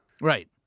Right